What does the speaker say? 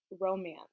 romance